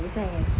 ya this [one] I have